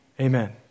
Amen